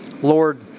Lord